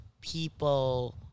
people